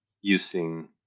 using